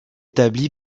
établi